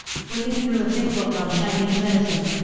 flipping through a thick book on chinese medicine.